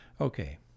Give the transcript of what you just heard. Okay